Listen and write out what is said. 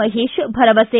ಮಹೇಶ್ ಭರವಸೆ